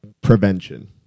prevention